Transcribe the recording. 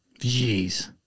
Jeez